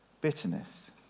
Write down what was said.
Bitterness